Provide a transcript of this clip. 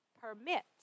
permits